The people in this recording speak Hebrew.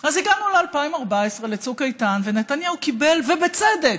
אז הגענו ל-2014, לצוק איתן, ונתניהו קיבל, ובצדק,